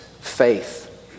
faith